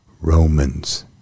Romans